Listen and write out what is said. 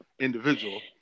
individual